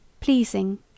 pleasing